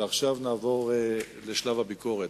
ועכשיו נעבור לשלב הביקורת.